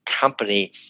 company